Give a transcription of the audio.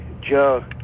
Joe